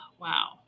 wow